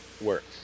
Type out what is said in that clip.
Works